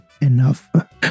enough